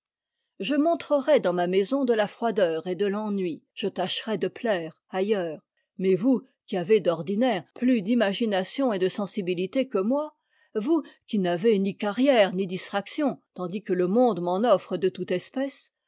je montrerai dans ma maison de la froideur et de l'ennui je f tacherai de plaire ailleurs mais vous qui avez f d'ordinaire plus d'imagination et de sensibilité que moi vous qui n'avez ni carrière ni distraction tandis que le monde m'en offre de toute espèce